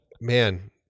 man